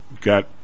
got